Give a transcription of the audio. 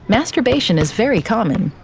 masturbation is very common.